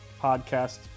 podcast